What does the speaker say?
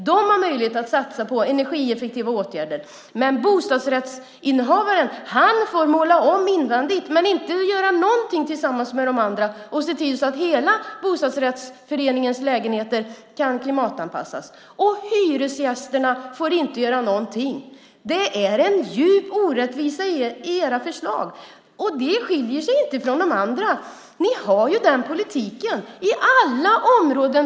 De får möjlighet att satsa på energieffektiva åtgärder, medan bostadsrättsinnehavarna får måla om invändigt men inte göra någonting tillsammans med de andra för att se till att alla bostadsrättsföreningens lägenheter kan klimatanpassas. Och hyresgästerna får inte göra någonting. Det finns en djup orättvisa i era förslag, Mats Odell. De skiljer sig inte från det övriga. Det är den politiken ni för.